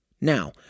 Now